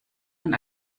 man